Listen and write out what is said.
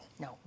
No